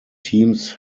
teams